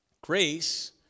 Grace